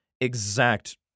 exact